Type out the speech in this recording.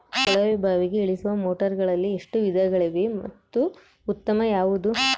ಕೊಳವೆ ಬಾವಿಗೆ ಇಳಿಸುವ ಮೋಟಾರುಗಳಲ್ಲಿ ಎಷ್ಟು ವಿಧಗಳಿವೆ ಮತ್ತು ಉತ್ತಮ ಯಾವುದು?